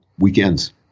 Weekends